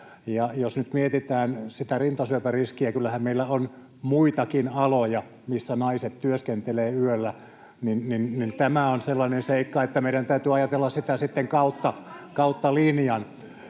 jos nyt mietitään sitä rintasyöpäriskiä, niin kyllähän meillä on muitakin aloja, missä naiset työskentelevät yöllä, [Krista Kiurun välihuuto] niin tämä on sellainen seikka, että meidän täytyy ajatella sitä sitten kautta linjan.